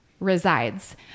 Resides